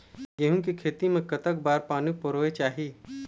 गेहूं के खेती मा कतक बार पानी परोए चाही?